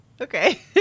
Okay